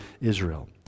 Israel